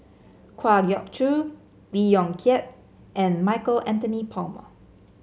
Kwa Geok Choo Lee Yong Kiat and Michael Anthony Palmer